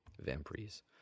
Vampires